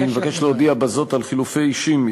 אני מבקש להודיע בזאת על חילופי אישים.